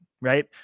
right